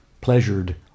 pleasured